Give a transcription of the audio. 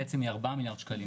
היא ארבעה מיליארד שקלים,